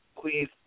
please